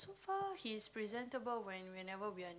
so far he is presentable when whenever we are